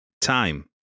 time